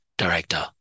director